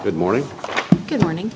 good morning good morning